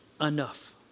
enough